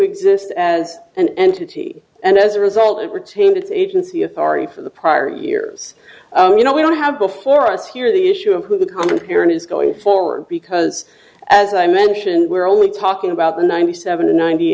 exist as an entity and as a result it retained its agency authority for the prior years you know we don't have before us here the issue of who would come here and is going forward because as i mentioned we're only talking about the ninety seven ninety